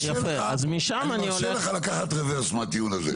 אז משם אני אומר --- אני מרשה לך לקחת רוורס מהטיעון הזה.